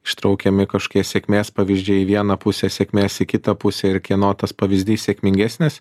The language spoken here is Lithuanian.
ištraukiami kažkokie sėkmės pavyzdžiai į vieną pusę sėkmės į kitą pusę ir kieno tas pavyzdys sėkmingesnis